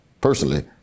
Personally